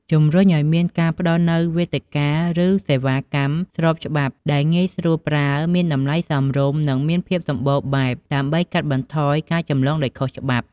ជំរុញឱ្យមានការផ្តល់នូវវេទិកា ឬសេវាកម្មស្របច្បាប់ដែលងាយស្រួលប្រើ មានតម្លៃសមរម្យ និងមានភាពសម្បូរបែប ដើម្បីកាត់បន្ថយការចម្លងដោយខុសច្បាប់។